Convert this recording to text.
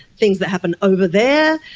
things that happen over there.